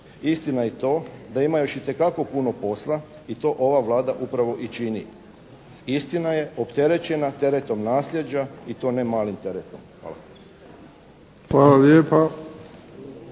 Istina je i to da ima još itekako puno posla i to ova Vlada upravo i čini. Istina je opterećena teretom nasljeđa i to ne malim teretom. Hvala. **Bebić,